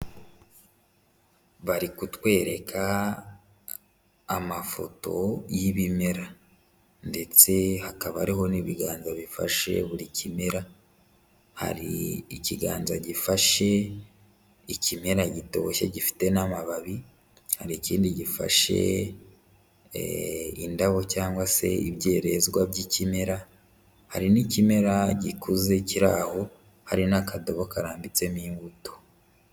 Bari kutwereka amafoto y'ibimera ndetse hakaba ariho n'ibiganza bifashe buri kimera, hari ikiganza gifashe ikimera gitoshye gifite n'amababi, hari ikindi gifashe indabo cyangwa se ibyerezwa by'ikimera. Hari n'ikimera gikuze kiri aho, hari n'akadobo karambitsemo imbuto.